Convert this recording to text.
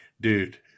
dude